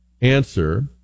answer